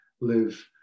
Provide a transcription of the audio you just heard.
live